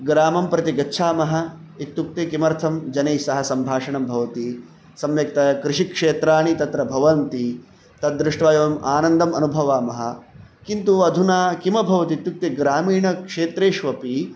ग्रामं प्रति गच्छामः इत्युक्ते किमर्थं जनैस्सह सम्भाषणं भवति सम्यक्तया कृषिक्षेत्राणि तत्र भवन्ति तद् दृष्ट्वा एवम् आनन्दम् अनुभवामः किन्तु अधुना किमभवत् इत्युक्ते ग्रामीणक्षेत्रेष्वपि